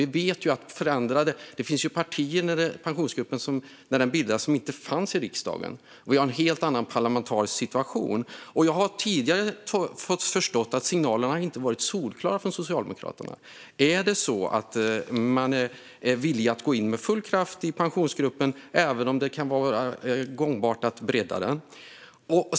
Vi vet att det nu finns partier som inte fanns i riksdagen när Pensionsgruppen bildades. Det råder en helt annan parlamentarisk situation nu. Jag har förstått att tidigare signaler från Socialdemokraterna inte har varit solklara. Är man villig att gå in med full kraft i Pensionsgruppen även om det kan vara gångbart att bredda den?